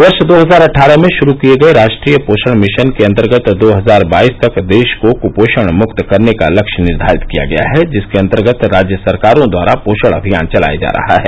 वर्ष दो हजार अट्ठारह में शुरू किये गये राष्ट्रीय पोषण मिशन के अन्तर्गत दो हजार बाईस तक देश को कुपोषण मुक्त करने का लक्ष्य निर्वारित किया गया है जिसके अन्तर्गत राज्य सरकारों द्वारा पोषण अभियान चलाया जा रहा है